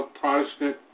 Protestant